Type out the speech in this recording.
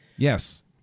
Yes